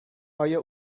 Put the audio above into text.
آیا